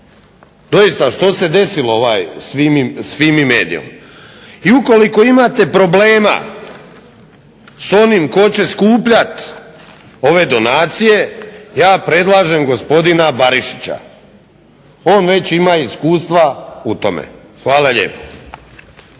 doista što se desilo ovaj s FIMI MEDIOM? I ukoliko imate problema s onim tko će skupljati ove donacije ja predlažem gospodina Barišića. On već ima iskustva u tome. Hvala lijepo.